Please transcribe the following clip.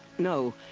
no.